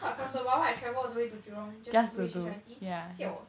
what from sembawang I travel all the way to jurong just to do H_I_I_T siao ah